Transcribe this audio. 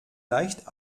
leicht